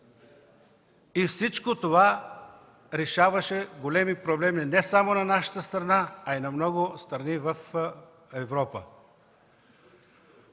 И всичко това решаваше големи проблеми не само на нашата страна, но и на много страни в Европа.